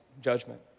judgment